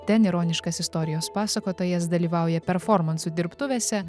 ten ironiškas istorijos pasakotojas dalyvauja performansų dirbtuvėse